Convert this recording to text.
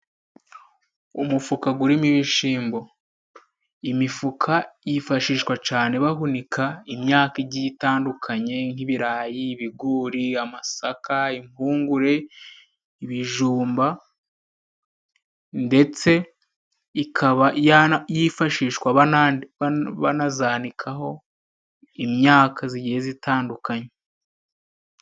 Umufuka gurimo ibishimbo. Imifuka yifashishwa cane bahunika imyaka igiye itandukanye nk'ibirayi, ibigori, amasaka, impungure, ibijumba, ndetse ikaba yifashishwa banazanikaho imyaka zigiye zi itandukanye.